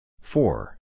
Four